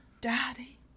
daddy